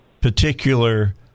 particular